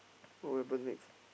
what will happen next